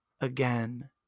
again